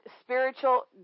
spiritual